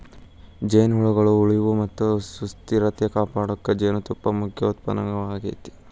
ಜೇನುಹುಳಗಳ ಉಳಿವು ಮತ್ತ ಸುಸ್ಥಿರತೆ ಕಾಪಾಡಕ ಜೇನುತುಪ್ಪ ಮುಖ್ಯ ಉತ್ಪನ್ನವಾಗೇತಿ